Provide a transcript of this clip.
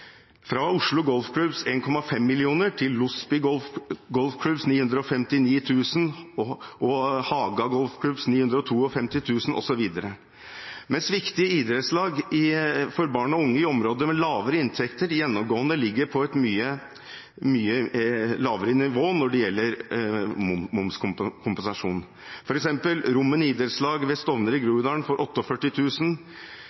fra Oslo Golfklubbs 1,5 mill. kr til Losby Golfklubbs 959 000 kr og Haga Golfklubbs 952 000 kr osv. – mens viktige idrettslag for barn og unge i områder med lavere inntekter gjennomgående ligger på et mye lavere nivå når det gjelder momskompensasjon. For eksempel får Rommen Sportsklubb ved Stovner i